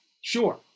sure